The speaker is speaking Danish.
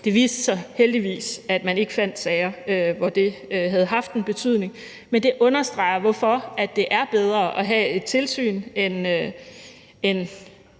Det viste sig heldigvis, at man ikke fandt sager, hvor det havde haft en betydning, men det understreger, hvorfor det er bedre at have et tilsyn end